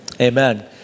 Amen